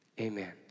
Amen